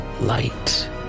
light